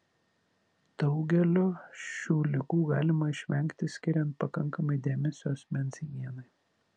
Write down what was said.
daugelio šių ligų galima išvengti skiriant pakankamai dėmesio asmens higienai